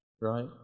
right